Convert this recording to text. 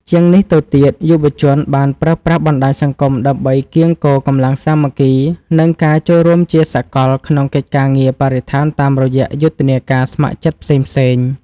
ជាងនេះទៅទៀត យុវជនបានប្រើប្រាស់បណ្ដាញសង្គមដើម្បីកៀងគរកម្លាំងសាមគ្គីភាព និងការចូលរួមជាសកលក្នុងកិច្ចការងារបរិស្ថានតាមរយៈយុទ្ធនាការស្ម័គ្រចិត្តផ្សេងៗ។